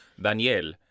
daniel